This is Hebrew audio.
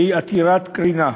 שהיא עתירת קרינה,